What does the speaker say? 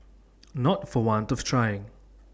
not for want of trying